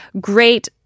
great